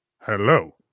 Hello